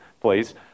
please